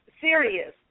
serious